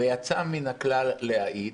ויצא מן הכלל להעיד,